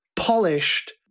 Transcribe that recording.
Polished